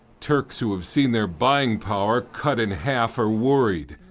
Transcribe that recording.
turks who have seen their buying power cut in half are worried.